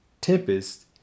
tempest